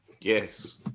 Yes